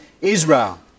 Israel